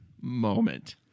moment